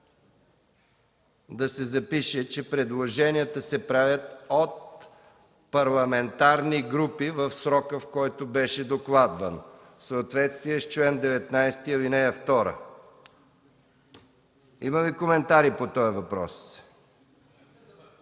да се запише, че предложенията се правят от парламентарни групи в срока, в който беше докладвано, в съответствие чл. 19, ал. 2. Има ли коментари по този въпрос?